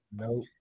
Nope